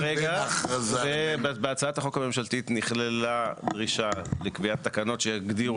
ההכרזה תואמת תוכנית כוללת להתחדשות